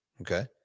Okay